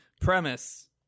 premise